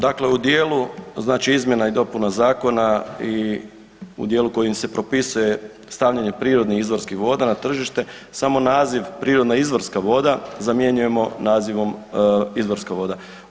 Dakle, u dijelu znači izmjena i dopuna zakona i u dijelu kojim se propisuje stavljanje prirodnih izvorskih voda na tržište samo naziv prirodna izvorska voda zamjenjujemo nazivom izvorska voda.